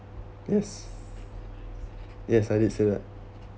yes yes I did say that